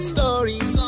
Stories